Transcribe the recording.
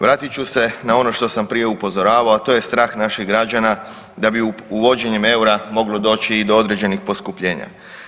Vratit ću se na ono što sam prije upozoravao, a to je strah naših građana da bi uvođenjem EUR-a moglo doći i do određenih poskupljenja.